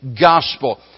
gospel